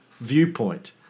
viewpoint